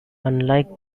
unlike